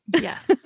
Yes